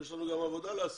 יש לנו גם עבודה לעשות,